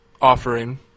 offering